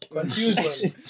Confusion